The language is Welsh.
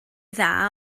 dda